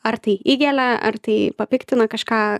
ar tai įgelia ar tai papiktina kažką